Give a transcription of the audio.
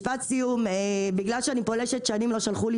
משפט סיום: בגלל שאני פולשת שנים לא שלחו לי